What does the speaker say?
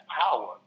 power